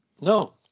No